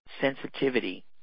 sensitivity